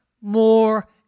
more